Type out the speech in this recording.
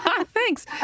thanks